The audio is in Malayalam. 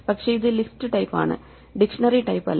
പക്ഷേ ഇത് ലിസ്റ്റ് ടൈപ്പ് ആണ് ഡിക്ഷണറി ടൈപ്പ് അല്ല